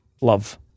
Love